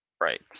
Right